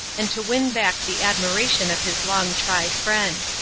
and to win back the admiration of his long-tried friend.